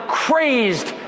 crazed